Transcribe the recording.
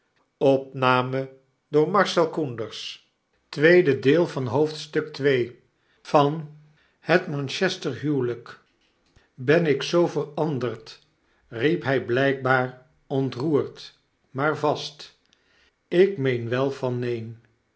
weg te tooveren ben ik zoo veranderd riep hij blpbaar ontroerd maar vast ik meen wel van neen